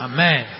Amen